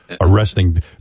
arresting